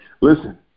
listen